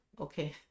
Okay